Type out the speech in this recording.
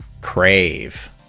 Crave